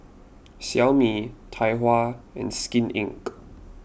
Xiaomi Tai Hua and Skin Inc